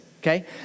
okay